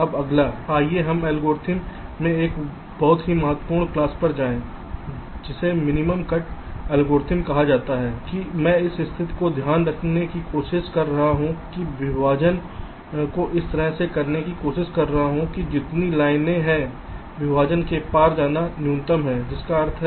अब अगला आइए हम एल्गोरिदम के एक बहुत ही महत्वपूर्ण क्लास पर जाएं जिसे मिन कट एल्गोरिथ्म कहा जाता है कि मैं इस स्थिति को ध्यान में रखने की कोशिश कर रहा हूं कि मैं विभाजन को इस तरह से करने की कोशिश कर रहा हूं कि जितनी लाइनें हैं विभाजन के पार जाना न्यूनतम है जिसका अर्थ है